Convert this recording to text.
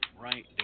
Right